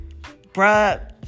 Bruh